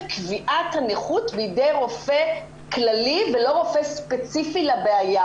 קביעת הנכות בידי רופא כללי ולא רופא ספציפי לבעיה.